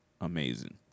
amazing